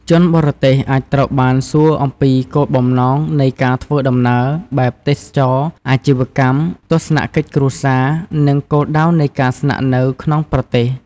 ជនបរទេសអាចត្រូវបានសួរអំពីគោលបំណងនៃការធ្វើដំណើរ បែបទេសចរណ៍ អាជីវកម្ម ទស្សនកិច្ចគ្រួសារ និងគោលដៅនៃការស្នាក់នៅក្នុងប្រទេស។